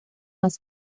más